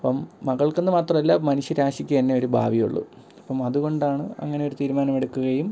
അപ്പം മകൾക്കെന്നു മാത്രമല്ല മനുഷ്യരാശിക്കു തന്നെ ഒരു ഭാവിയുള്ളൂ അപ്പം അതുകൊണ്ടാണ് അങ്ങനെ ഒരു തീരുമാനമെടുക്കുകയും